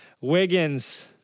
wiggins